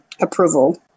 approval